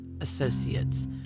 Associates